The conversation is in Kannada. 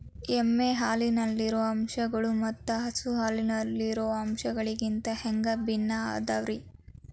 ಎಮ್ಮೆ ಹಾಲಿನಲ್ಲಿರೋ ಅಂಶಗಳು ಮತ್ತ ಹಸು ಹಾಲಿನಲ್ಲಿರೋ ಅಂಶಗಳಿಗಿಂತ ಹ್ಯಾಂಗ ಭಿನ್ನ ಅದಾವ್ರಿ?